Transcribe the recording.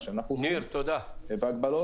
מה שאנחנו עושים בהגבלות,